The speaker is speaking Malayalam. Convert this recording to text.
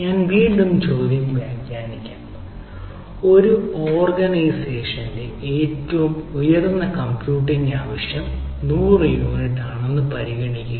ഞാൻ വീണ്ടും ചോദ്യം വ്യാഖ്യാനിക്കാം ഒരു ഓർഗനൈസേഷന്റെ ഏറ്റവും ഉയർന്ന കമ്പ്യൂട്ടിംഗ് ആവശ്യം 100 യൂണിറ്റാണെന്ന് പരിഗണിക്കുക